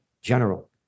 general